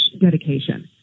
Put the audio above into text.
dedication